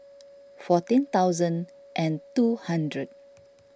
fourteen thousand and two hundred